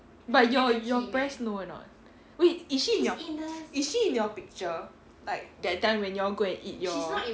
but your your pres know or not wait is she in your is she in your picture like that time when you all go and eat your